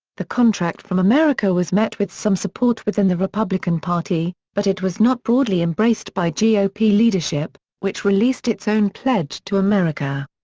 the contract from america was met with some support within the republican party, but it was not broadly embraced by ah gop leadership, which released its own pledge to america.